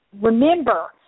remember